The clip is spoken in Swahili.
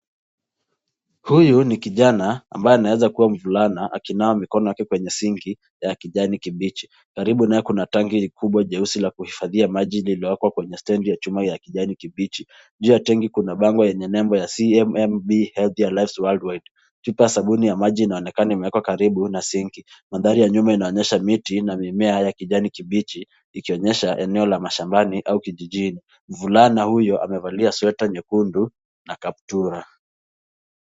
Huyu ni kijana ambaye anaweza kuwa mvulana akinawa mikono yake kwenye msingi ya kijani kibichi karibu naye kuna tangi kubwa jeusi la kuhifadhia maji niliwekwa kwenye stendi yanyuma ya kijani kibichi ,juu ya tanki kuna bango yenye nembo ya[ ccmb health worldwide]chupa ya sabuni ya maji inaonekana imewekwa karibu na sinki mandhari ya nyuma inaonyesha miti na mimea ya kijani kibichi ikionyesha eneo la mashambani au kijijini ,mvulana huyo amevalia sweta nyekundu na kaptura.